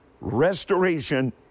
Restoration